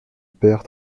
père